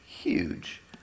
huge